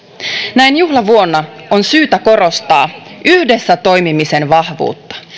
näin juhlavuonna on syytä korostaa yhdessä toimimisen vahvuutta